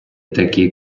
такий